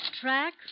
track